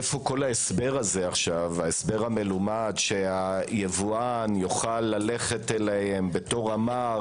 איפה כל ההסבר המלומד שהיבואן יוכל ללכת אליהם בתור אמר?